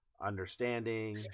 understanding